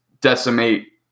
decimate